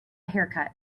haircut